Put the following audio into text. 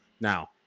Now